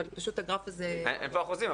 אבל פשוט הגרף הזה --- אין פה אחוזים,